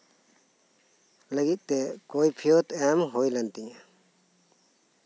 ᱞᱟᱹᱜᱤᱫ ᱛᱮ ᱠᱳᱭᱯᱷᱚᱛ ᱮᱢ ᱦᱩᱭ ᱞᱮᱱ ᱛᱤᱧᱟᱹ